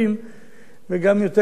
וגם יותר הבנה לצורך